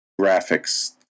graphics